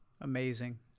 Amazing